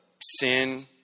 sin